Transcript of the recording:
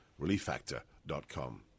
relieffactor.com